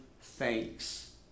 thanks